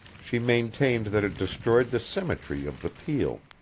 she maintained that it destroyed the symmetry of the peel,